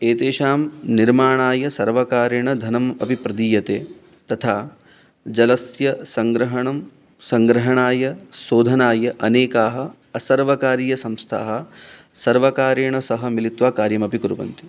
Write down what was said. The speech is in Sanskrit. एतेषां निर्माणाय सर्वकारेण धनम् अपि प्रदीयते तथा जलस्य सङ्ग्रहणं सङ्ग्रहणाय शोधनाय अनेकाः असर्वकारीयसंस्थाः सर्वकारेण सह मिलित्वा कार्यमपि कुर्वन्ति